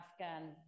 Afghan